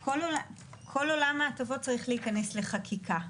כל עולם ההטבות צריך להיכנס לחקיקה,